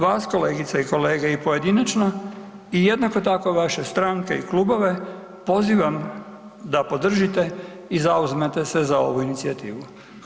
Vas, kolegice i kolege i pojedinačno, i jednako tako, vaše stranke i klubove, pozivam da podržite i zauzmete se za ovu inicijativu.